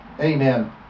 Amen